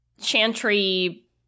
chantry